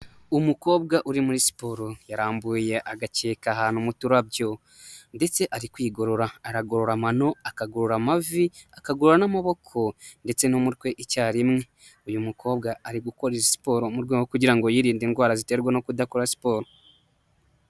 Umukobwa uri muri siporo yarambuye agakeka ahantu mu turabyo, ndetse ari kwigorora aragorora amano, akagurara amavi, akagorora n'amaboko ndetse n'umutwe icyarimwe, uyu mukobwa ari gukora siporo mu rwego kugira ngo yirinde indwara ziterwa no kudakora siporo.